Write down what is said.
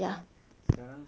mm mm